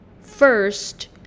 first